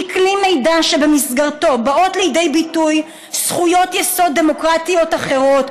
היא כלי מידע שבמסגרתו באות לידי ביטוי זכויות יסוד דמוקרטיות אחרות,